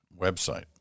website